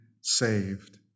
saved